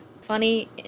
funny